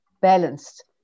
balanced